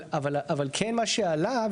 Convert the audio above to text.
אבל כן מה שעלה,